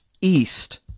east